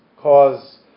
cause